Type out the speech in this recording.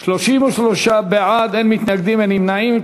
33 בעד, אין מתנגדים, אין נמנעים.